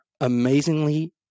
Amazingly